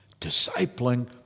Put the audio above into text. discipling